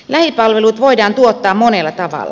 lähipalvelut voidaan tuottaa monella tavalla